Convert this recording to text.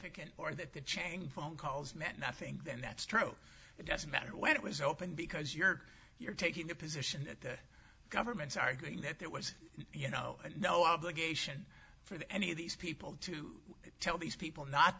it can or that the chain phone calls meant nothing then that's true it doesn't matter when it was open because you're you're taking the position that the government's arguing that there was you know no obligation for the any of these people to tell these people not